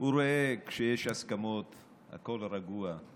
ראה, כשיש הסכמות הכול רגוע.